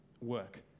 work